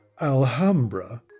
Alhambra